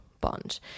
bond